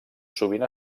sovint